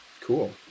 Cool